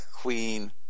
queen